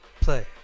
Play